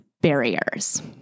barriers